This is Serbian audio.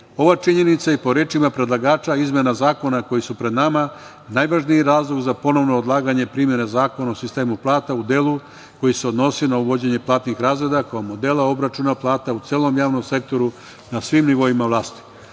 činjenica i po rečima predlagača izmena zakona koji su pred nama je najvažniji razlog za ponovno odlaganje primene Zakona o sistemu plata u delu koji se odnosi na uvođenje platnih razreda kao modela obračuna plata u celom javnom sektoru na svim nivoima vlasti.U